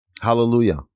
Hallelujah